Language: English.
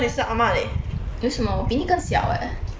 为什么我比你更小哦